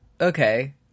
Okay